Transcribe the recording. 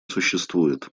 существует